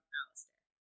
Alistair